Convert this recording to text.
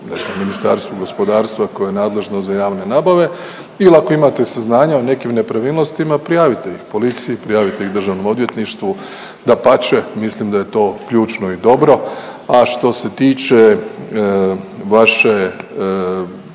Ministarstvu gospodarstva koje je nadležno za javne nabave il ako imate saznanja o nekim nepravilnostima prijavite ih policiji, prijavite ih državnom odvjetništvu, dapače mislim da je to ključno i dobro. A što se tiče vaše,